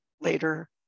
later